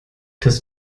das